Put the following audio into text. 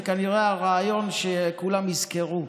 זה כנראה ריאיון שכולם יזכרו.